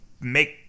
make